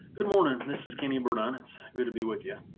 good morning! this is kenny budine. it's good to be with you.